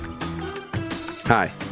Hi